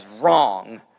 wrong